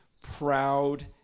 proud